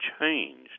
changed